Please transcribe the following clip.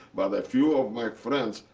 but a few of my friends,